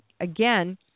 again